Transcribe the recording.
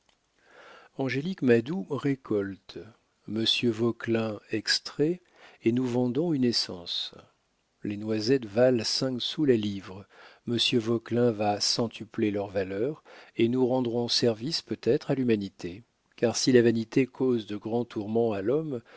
angélique madou récolte monsieur vauquelin extrait et nous vendons une essence les noisettes valent cinq sous la livre monsieur vauquelin va centupler leur valeur et nous rendrons service peut-être à l'humanité car si la vanité cause de grands tourments à l'homme